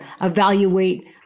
evaluate